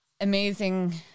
amazing